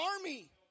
army